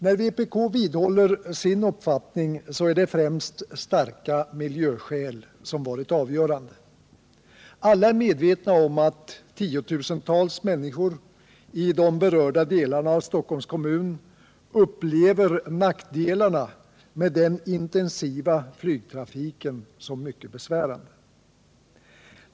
När vpk vidhåller sin uppfattning är det främst starka miljöskäl som varit avgörande. Alla är medvetna om att tiotusentals människor i de berörda delarna av Stockholms kommun upplever nackdelarna med den intensiva flygtrafiken som mycket besvärande.